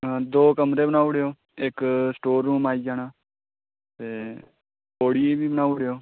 हां दो कमरे बनाई ओड़ेओ इक स्टोर रूम आई जाना ते पौड़ी बी बनाई ओड़ेओ